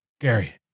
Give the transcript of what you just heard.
Gary